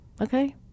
Okay